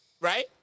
Right